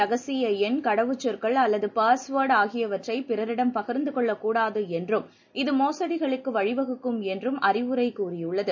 ரகசிய எண்இ கடவுச் சொற்கள் அல்லது பாஸ்வர்ட் ஆகியவற்றை பிறரிடம் பகிர்ந்து கொள்ளக் கூடாது என்றும் இது மோசுடிகளுக்கு வழி வகுக்கும் என்று அழிவுரை கூறியுள்ளது